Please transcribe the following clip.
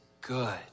good